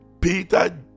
Peter